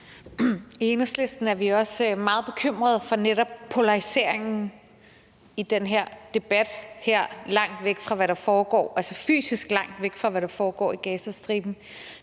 I Enhedslisten er vi også meget bekymrede for netop polariseringen i den her debat her langt væk fra, hvad der foregår, altså fysisk langt væk fra, hvad der foregår i Gazastriben.